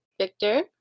Victor